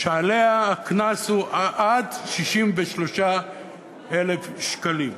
שהקנס עליה הוא עד 63,000 שקלים.